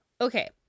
okay